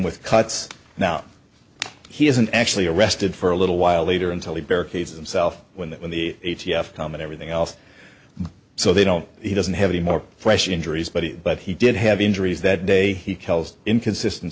with cuts now he isn't actually arrested for a little while later until he barricades themself when that when the a t f come and everything else so they don't he doesn't have any more fresh injuries but it but he did have injuries that day he tells inconsistent